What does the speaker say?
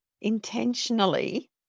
intentionally